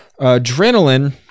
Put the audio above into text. Adrenaline